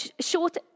short